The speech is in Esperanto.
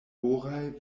oraj